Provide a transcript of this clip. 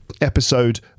episode